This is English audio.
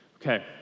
Okay